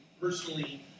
personally